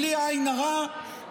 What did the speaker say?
בלי עין הרע,